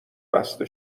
بسته